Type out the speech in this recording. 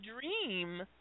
dream